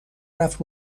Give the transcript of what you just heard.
رفت